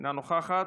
אינה נוכחת,